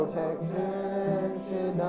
Protection